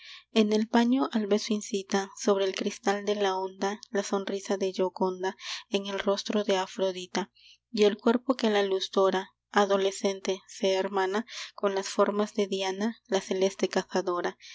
en el baño al beso incita sobre el cristal de la onda la sonrisa de gioconda en el rostro de afrodita y el cuerpo que la luz dora adolescente se hermana con las formas de diana la celeste cazadora